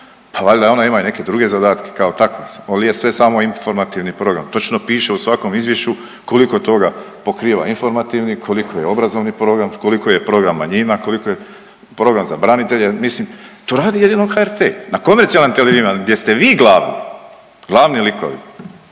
pa valjda ona ima i neke druge zadatke kao takva oli je sve samo informativni program. Točno piše u svakom izvješću koliko toga pokriva informativni, koliko je obrazovni program, koliko je program manjina, koliko je program za branitelje. Mislim to radi jedino HRT. Na komercijalnim televizijama gdje ste vi glavni, glavni likovi